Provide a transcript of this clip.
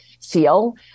feel